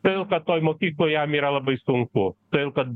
todėl kad toj mokykloj jam yra labai sunku todėl kad